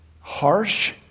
harsh